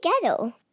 together